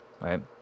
right